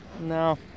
No